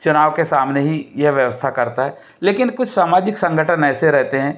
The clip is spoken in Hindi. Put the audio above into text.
चुनाव के सामने ही यह व्यवस्था करता है लेकिन कुछ सामाजिक संगठन ऐसे रहते हैं